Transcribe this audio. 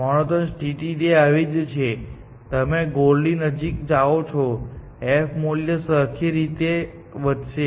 monotone સ્થિતિ તે આવી જ છે તમે ગોલ ની નજીક જાઓ છો f મૂલ્ય એક સરખી રીતે થી વધશે